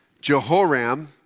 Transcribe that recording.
Jehoram